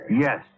Yes